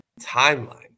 timeline